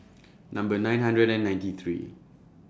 Number nine hundred and ninety three